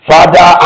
Father